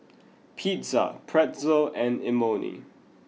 Pizza Pretzel and Imoni